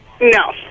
No